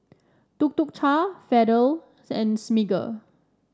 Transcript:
Tuk Tuk Cha Feather and Smiggle